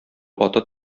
аты